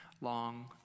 long